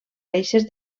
reixes